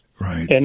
right